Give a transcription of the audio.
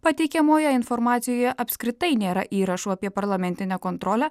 pateikiamoje informacijoje apskritai nėra įrašų apie parlamentinę kontrolę